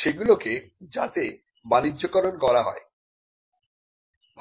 সেগুলো কে যাতে বাণিজ্যিকরণ করা যায়